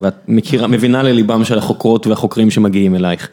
ואת מכיר.. מבינה לליבם של החוקרות והחוקרים שמגיעים אלייך.